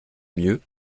mieux